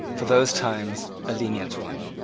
for those times, a lenient one.